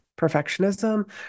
perfectionism